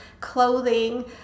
clothing